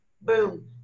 boom